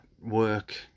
work